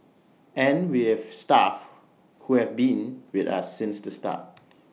and we have staff who have been with us since the start